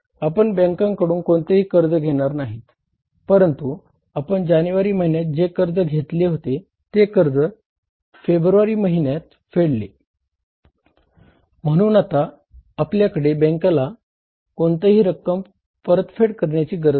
आपण बॅंकेकडून कोणतेही कर्ज घेणार नाहीत परंतु आपण जानेवारी महिन्यात जे कर्ज घेतले होते ते कर्ज फेब्रुवारी मंहिन्यात फेडले म्ह्णून आता आपल्याला बॅंकेला कोणतीही रक्कम परतफेड करण्याची गरज नाही